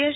S